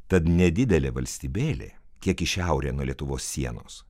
tad nedidelė valstybėlė kiek į šiaurę nuo lietuvos sienos